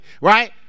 right